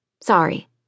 Sorry